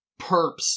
Perps